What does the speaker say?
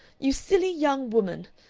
you silly young woman!